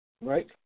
right